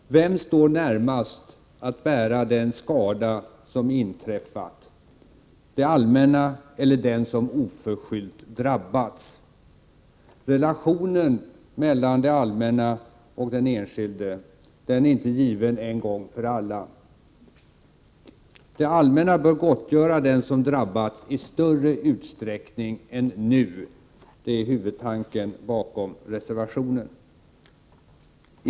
Herr talman! Vem står närmast att bära den skada som inträffat, det allmänna eller den som oförskyllt drabbats? Relationen mellan det allmänna och den enskilde är inte given en gång för alla. Det allmänna bör gottgöra den som drabbas i större utsträckning än nu — det är huvudtanken bakom reservationen.